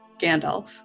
Gandalf